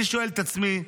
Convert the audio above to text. אני שואל את עצמי,